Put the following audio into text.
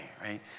right